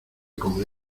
con